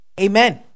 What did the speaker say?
Amen